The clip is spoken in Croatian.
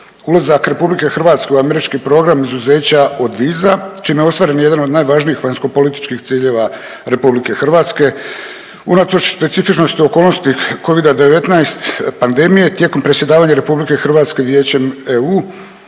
Ulazak RH u američki Program izuzeća od viza čime je ostvaren jedan od najvažnijih vanjskopolitičkih ciljeva RH unatoč specifičnosti i okolnosti Covida-19 pandemije tijekom predsjedavanja RH Vijećem EU.